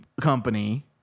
company